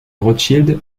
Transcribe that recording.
rothschild